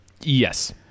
Yes